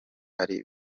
ari